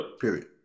Period